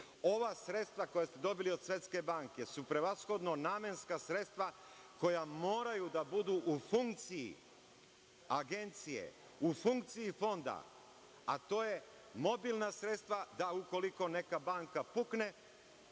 sredstva koja ste dobili od Svetske banke su prevashodno namenska sredstva koja moraju da budu u funkciji Agencije, u funkciji Fonda, a to su mobilna sredstva, da ukoliko neka banka pukne